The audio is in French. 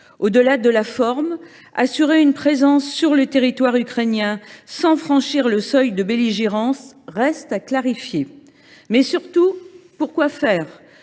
Au delà de la forme, la manière d’assurer une présence sur le territoire ukrainien sans franchir le seuil de belligérance reste à clarifier. Surtout, pour quoi faire ?